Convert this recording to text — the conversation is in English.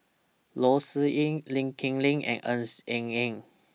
Loh Sin Yun Lee Kip Lee and Ng Eng Hen